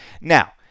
Now